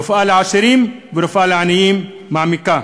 רפואה לעשירים ורפואה לעניים, מעמיקה.